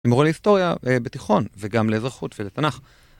למורה להיסטוריה בתיכון וגם לאזרחות ולתנ״ך.